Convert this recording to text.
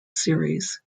series